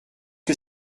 que